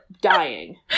dying